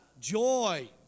Joy